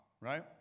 right